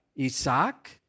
Isaac